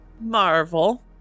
Marvel